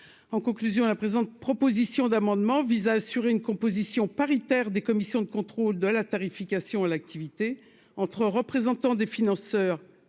en conclusion à la présente proposition d'amendement vise à assurer une composition paritaire des commissions de contrôle de la tarification à l'activité entre représentants des financeurs